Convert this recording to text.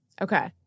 Okay